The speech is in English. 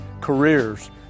careers